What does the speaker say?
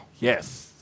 Yes